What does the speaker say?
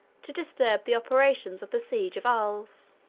to disturb the operations of the siege of arles.